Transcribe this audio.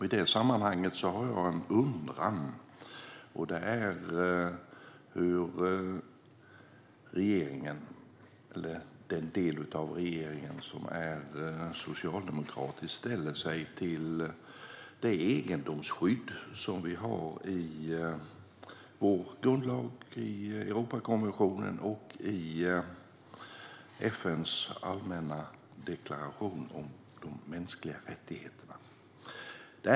I det sammanhanget har jag en undran, och det är hur den del av regeringen som är socialdemokrater ställer sig till det egendomsskydd som vi har i vår grundlag, i Europakonventionen och i FN:s allmänna deklaration om de mänskliga rättigheterna.